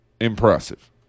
impressive